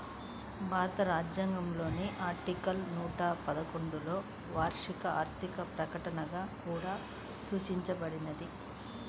భారత రాజ్యాంగంలోని ఆర్టికల్ నూట పన్నెండులోవార్షిక ఆర్థిక ప్రకటనగా కూడా సూచించబడేది